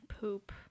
poop